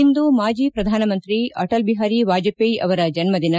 ಇಂದು ಮಾಜಿ ಪ್ರಧಾನಮಂತ್ರಿ ಅಟಲ್ ಬಿಹಾರಿ ವಾಜಪೇಯಿ ಅವರ ಜನ್ನದಿನ